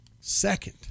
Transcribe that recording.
second